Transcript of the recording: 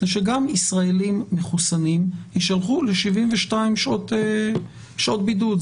הוא שגם ישראלים מחוסנים יישלחו ל-72 שעות בידוד.